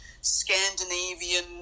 scandinavian